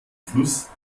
fluss